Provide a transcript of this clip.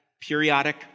periodic